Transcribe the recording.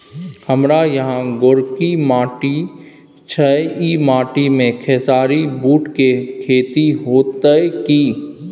हमारा यहाँ गोरकी माटी छै ई माटी में खेसारी, बूट के खेती हौते की?